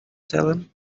salem